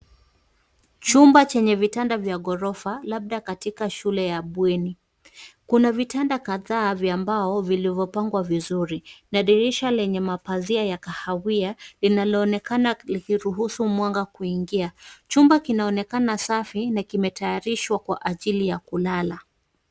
Chumba chenye vitanda vya ghorofa labda katika shule ya bweni. Kuna vitanda kadhaa vya mbao vilivyopangwa vizuri na dirisha lenye mapazia ya kahawia linaloonekana likiruhusu mwanga kuingia. Chumba kinaonekana safi na kimetayarishwa kwa ajili ya kulala.